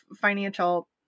financial